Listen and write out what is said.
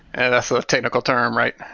and sort of technical term, right?